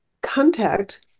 contact